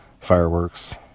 fireworks